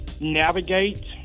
navigate